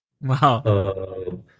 Wow